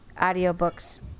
audiobooks